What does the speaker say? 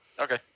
Okay